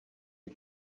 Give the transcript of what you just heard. est